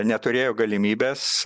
neturėjo galimybės